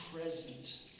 present